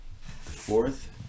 fourth